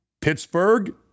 Pittsburgh